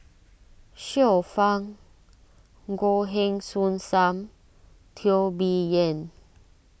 Xiu Fang Goh Heng Soon Sam Teo Bee Yen